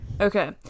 okay